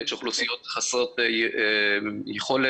יש אוכלוסיות חסרות יכולת,